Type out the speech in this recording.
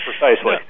precisely